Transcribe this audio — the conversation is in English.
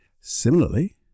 Similarly